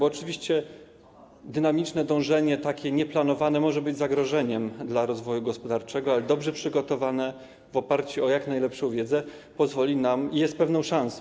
Oczywiście dynamiczne dążenie, takie nieplanowane może być zagrożeniem dla rozwoju gospodarczego, ale dobrze przygotowane, w oparciu o jak najlepszą wiedzę, jest pewną szansą.